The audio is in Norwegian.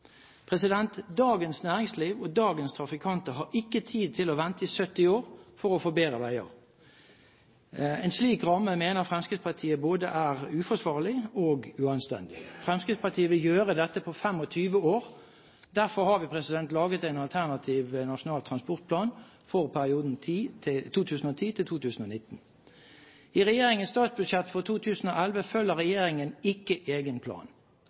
Dagens næringsliv og dagens trafikanter har ikke tid til å vente i 70 år for å få bedre veier. En slik ramme mener Fremskrittspartiet både er uforsvarlig og uanstendig. Fremskrittspartiet vil gjøre dette på 25 år. Derfor har vi laget en alternativ nasjonal transportplan for perioden 2010–2019. I regjeringens statsbudsjett for 2011 følger ikke regjeringen egen plan.